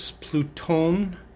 pluton